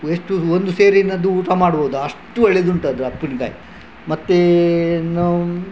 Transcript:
ಎಷ್ಟು ಒಂದು ಸೇರಿನದ್ದು ಊಟ ಮಾಡ್ಬೋದು ಅಷ್ಟು ಒಳ್ಳೆದುಂಟದು ಉಪ್ಪಿನ್ಕಾಯ್ ಮತ್ತೇ ಇನ್ನು